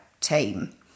team